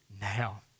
now